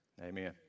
Amen